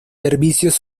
servicios